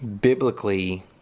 biblically